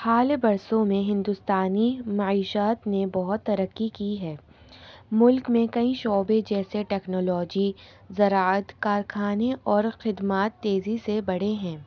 حال برسوں میں ہندوستانی معیشت نے بہت ترقی کی ہے ملک میں کئی شعبے جیسے ٹیکنالوجی زراعت کارخانے اور خدمات تیزی سے بڑھے ہیں